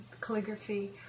calligraphy